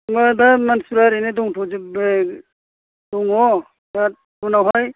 होमबा दा मानसिफ्रा ओरैनो दंथ'जोबो दङ दा उनावहाय